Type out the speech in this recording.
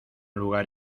lugar